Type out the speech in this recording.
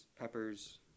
peppers